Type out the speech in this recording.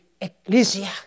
Ecclesia